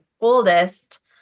oldest